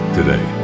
today